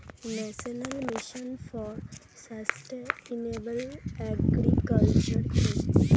National mission for sustainable agriculture কি?